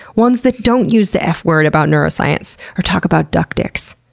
ones that don't use the f word about neuroscience or talk about duck dicks,